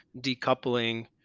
decoupling